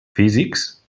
físics